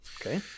Okay